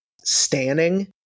standing